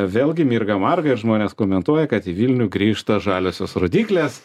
vėlgi mirga marga ir žmonės komentuoja kad į vilnių grįžta žaliosios rodyklės